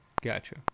Gotcha